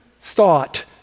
thought